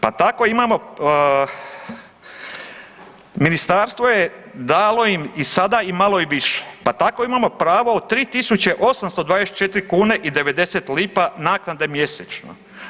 Pa tako imamo, ministarstvo je dalo im i sada i malo i više pa tako imamo pravo od 3.824,90 naknade mjesečno.